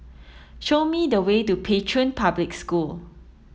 show me the way to Pei Chun Public School